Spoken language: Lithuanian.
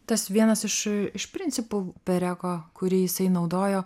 tas vienas iš iš principų pereko kurį jisai naudojo